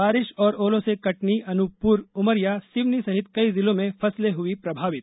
बारिश और ओलों से कटनी अनूपपुर उमरिया सिवनी सहित कई जिलों में फसलें हुई प्रभावित